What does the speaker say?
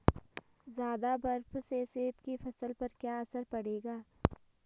ज़्यादा बर्फ से सेब की फसल पर क्या असर पड़ेगा?